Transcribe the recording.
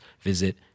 visit